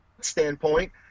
standpoint